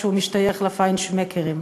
שהוא משתייך ל"פיינשמקרים".